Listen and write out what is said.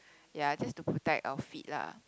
ya just to protect our feet lah